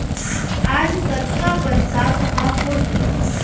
आज कतका बरसात ह होही?